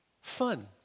fun